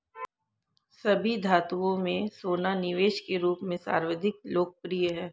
सभी धातुओं में सोना निवेश के रूप में सर्वाधिक लोकप्रिय है